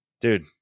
Dude